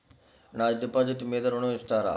నా డిపాజిట్ మీద ఋణం ఇస్తారా?